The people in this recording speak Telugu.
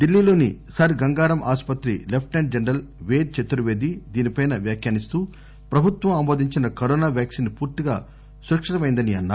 ఢిల్లీలోని సర్ గంగారామ్ ఆస్పత్రి లెప్టిసెంట్ జనరల్ పేద్ చతుర్వేది దీనిపై వ్యాఖ్యానిస్తూ ప్రభుత్వం ఆమోదించిన కరోనా వాక్సిన్ పూర్తిగా సురక్షితమైనదని అన్నారు